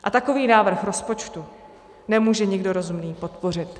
A takový návrh rozpočtu nemůže nikdo rozumný podpořit.